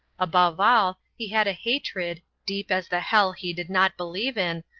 above all, he had a hatred, deep as the hell he did not believe in,